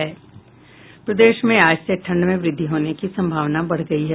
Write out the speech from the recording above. प्रदेश में आज से ठंड में वृद्धि होने की संभावना बढ़ गयी है